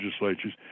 legislatures